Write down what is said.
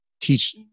teach